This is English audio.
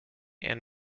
and